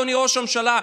אדוני ראש הממשלה,